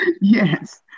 yes